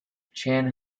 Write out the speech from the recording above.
chan